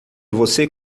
você